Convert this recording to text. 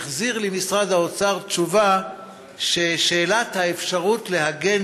והחזיר לי משרד האוצר תשובה ששאלת האפשרות להגן